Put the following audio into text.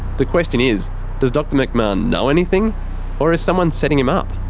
the question is does dr mcmahon know anything or is someone setting him up?